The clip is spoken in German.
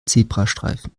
zebrastreifen